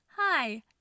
Hi